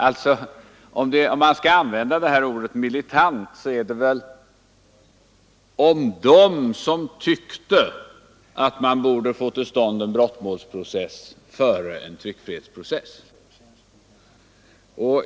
Vill man använda ordet militant, skall man väl begagna det om dem som vill få till stånd en brottmålsprocess före en tryckfrihetsprocess.